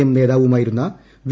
M നേതാവുമായിരുന്ന V